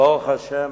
ברוך השם,